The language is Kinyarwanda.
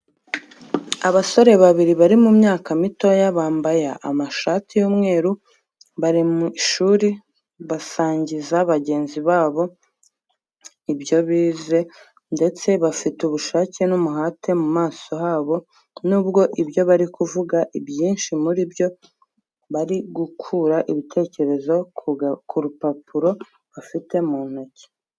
Abasore babiri bari mu myaka mitoya bambaya amashati y'umweru. Bari mu ishuri basangiza bagenzi babpo ibyo bize ndetse bafite ubushake n'umuhate mumaso habo n'ubwo ibyo bari kuvuga ibyinshi muri byo bari gukura ibitekerezo ku rupapuro bafite mu ntoki.